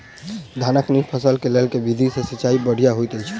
धानक नीक फसल केँ लेल केँ विधि सँ सिंचाई बढ़िया होइत अछि?